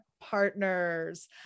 partners